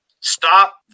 stop